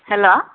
hello